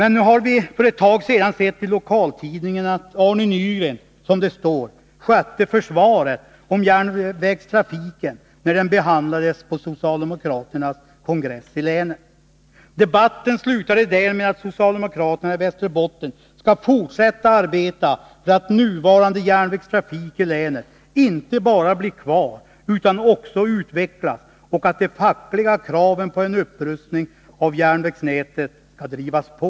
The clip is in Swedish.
Nu har vi för en tid sedan sett i lokaltidningen att Arne Nygren skötte ”försvaret” i fråga om järnvägstrafiken när den behandlades på socialdemokraternas kongress i länet. Debatten slutade med att socialdemokraterna i Västerbotten skall fortsätta att arbeta för att nuvarande järnvägstrafik i länet inte bara blir kvar utan också utvecklas och att de fackliga kraven på en upprustning av järnvägsnätet skall drivas på.